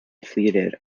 pleaded